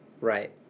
right